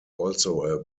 also